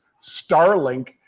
Starlink